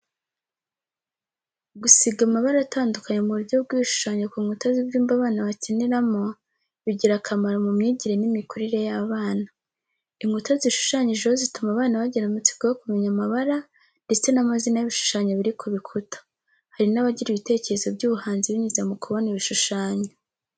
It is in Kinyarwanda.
Gusiga amabara atandukanye mu buryo bw'ibishushanyo ku nkuta z'ibyumba, abana bakiniramo bigira akamaro mu myigire n'imikurire y'abana. Inkuta zishushyanyijeho zituma abana bagira amatsiko yo kumenya amabara ndetse n'amazina y'ibishushanyo biri ku bikuta, hari n'abagira ibitekerezo by'ubuhanzi binyuze mu kubona ibishushanyo.